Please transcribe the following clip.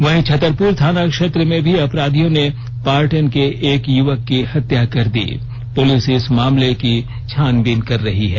वहीं छतरपुर थाना क्षेत्र में भी अपराधियों ने पाटन के एक युवक की हत्या कर दी पुलिस इस मामले की छानबीन कर रही है